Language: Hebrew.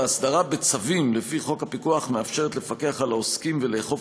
ההסדרה בצווים לפי חוק הפיקוח מאפשרת לפקח על העוסקים ולאכוף